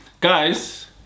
guys